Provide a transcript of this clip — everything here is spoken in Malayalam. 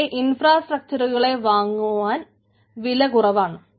ഇതിന്റെ ഇൻഫ്രാസ്ട്രക്ചറുകളെ വാങ്ങിക്കുവാൻ വില കുറവാണ്